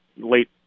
late –